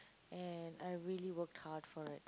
and I really work hard for it